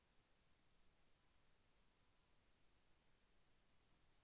Online ద్వారా ఎటువంటి bill అయినా చెల్లించవచ్చా?